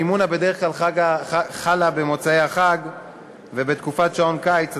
המימונה בדרך כלל חלה במוצאי החג ובתקופת שעון קיץ,